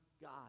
God